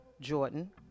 Jordan